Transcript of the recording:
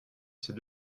ces